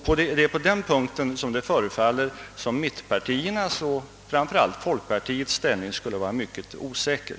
På den punkten förefaller det som om mittpartiernas och framför allt folkpartiets ställning skulle vara mycket osäker.